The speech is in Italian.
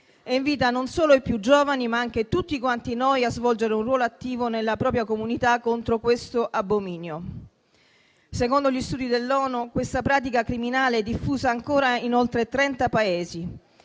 invita non solo i più giovani, ma anche tutti noi a svolgere un ruolo attivo nella propria comunità contro questo abominio. Secondo gli studi dell'ONU, questa pratica criminale è diffusa ancora in oltre 30 Paesi